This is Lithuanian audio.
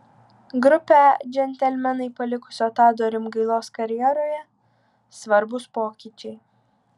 grupę džentelmenai palikusio tado rimgailos karjeroje svarbūs pokyčiai